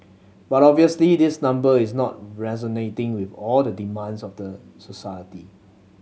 but obviously this number is not resonating with all the demands of the society